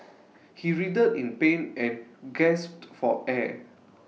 he writhed in pain and gasped for air